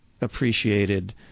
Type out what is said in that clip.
appreciated